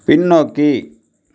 பின்னோக்கி